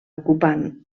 ocupant